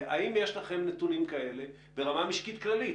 האם יש לכם נתונים כאלה ברמה משקית כללית?